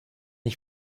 ich